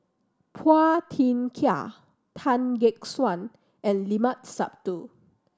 Phua Thin Kiay Tan Gek Suan and Limat Sabtu